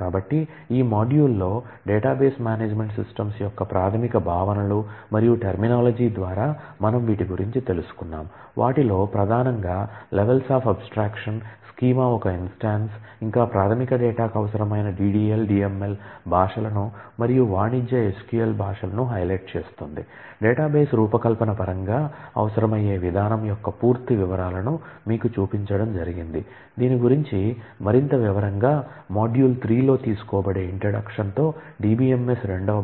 కాబట్టి ఈ మాడ్యూల్లో డేటాబేస్ మేనేజ్మెంట్ సిస్టమ్స్ రెండవ